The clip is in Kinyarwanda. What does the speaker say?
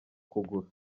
kugura